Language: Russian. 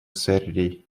серри